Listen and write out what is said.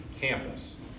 campus